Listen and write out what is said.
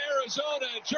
Arizona